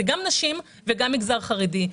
זה גם נשים וגם מגזר חרדי.